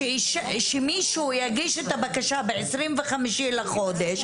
שמישהו יגיש את הבקשה ב-25 בחודש,